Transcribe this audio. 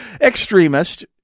extremist